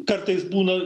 kartais būna